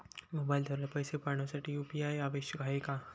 मोबाईलद्वारे पैसे पाठवण्यासाठी यू.पी.आय आवश्यक आहे का?